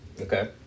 Okay